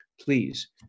Please